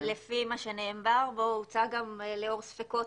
לפי מה שנאמר בו הוא הוצא גם לאור ספקות